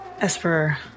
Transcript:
Esper